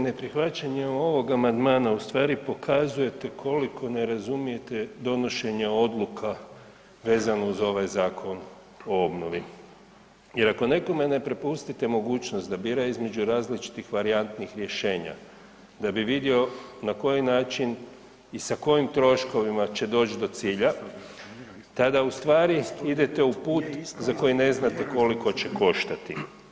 Ne prihvaćanje ovog amandmana ustvari pokazujete koliko ne razumijete donošenja odluka vezano uz ovaj zakon o obnovi jer ako nekome ne prepustite mogućnost da bira između različitih varijantnih rješenja da bi vidio na koji način i sa kojim troškovima će doć do cilja, tada ustvari idete u put za koji ne znate koliko će koštati.